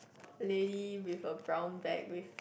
lady with a brown bag with